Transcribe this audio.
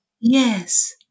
Yes